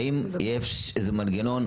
האם יש איזה מנגנון,